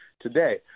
today